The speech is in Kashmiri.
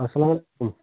اسلام علیکُم